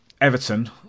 Everton